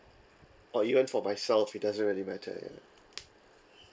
or even for myself it doesn't really matter ya